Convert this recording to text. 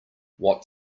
what